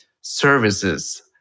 services